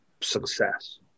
success